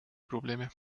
probleme